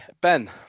Ben